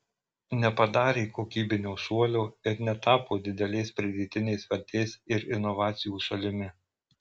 nepadarė kokybinio šuolio ir netapo didelės pridėtinės vertės ir inovacijų šalimi